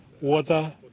water